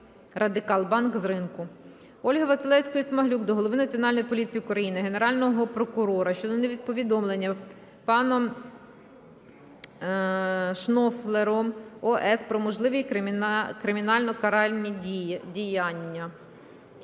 "Радикал Банк" з ринку. Ольги Василевської-Смаглюк до голови Національної поліції України, Генерального прокурора щодо повідомлення паном Шнюфлером О.С. про можливі кримінально карані діяння.